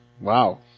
Wow